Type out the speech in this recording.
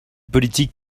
politique